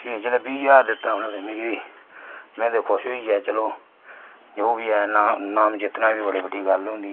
कि जिसले बीह् ज्हार दित्ता उनें मिगी में ते खुश होई गेआ चलो जो बी ऐ नाम जित्तना बी बड़ी बड्डी गल्ल होंदी ऐ